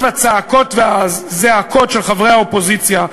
הצעקות והזעקות של חברי האופוזיציה,